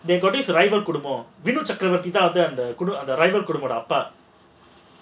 they've got this driver குடும்பம் விணுசக்கரவர்த்திதான் அந்த அந்த:kudumbam vinuchakravarthithan andha driver குடும்பத்துடைய அப்பா:kudumbathudaiya appa